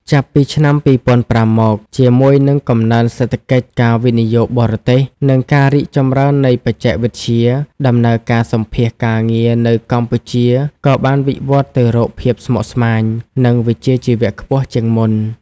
ចាប់ពីឆ្នាំ ២០០៥ មក ជាមួយនឹងកំណើនសេដ្ឋកិច្ច ការវិនិយោគបរទេស និងការរីកចម្រើននៃបច្ចេកវិទ្យា ដំណើរការសម្ភាសន៍ការងារនៅកម្ពុជាក៏បានវិវត្តន៍ទៅរកភាពស្មុគស្មាញ និងវិជ្ជាជីវៈខ្ពស់ជាងមុន។